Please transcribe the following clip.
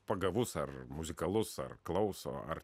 pagavus ar muzikalus ar klauso ar